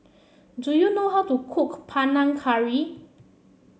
do you know how to cook Panang Curry